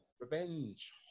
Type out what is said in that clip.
revenge